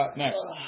next